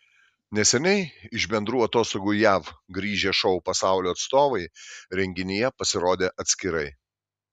neseniai iš bendrų atostogų jav grįžę šou pasaulio atstovai renginyje pasirodė atskirai